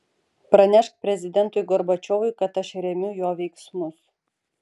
pranešk prezidentui gorbačiovui kad aš remiu jo veiksmus